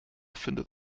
findet